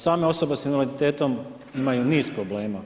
Same osoba s invaliditetom imaju niz problema.